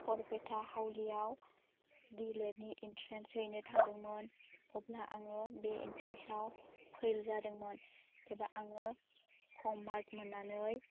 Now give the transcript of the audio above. बरपेटा हावलियाव डिएलएडनि इनट्रेन्स हैनो थांदोंमोन अब्ला आङो बे इनट्रेन्सआव फेल जादोंमोन एबा आङो खम मार्क मोन्नानै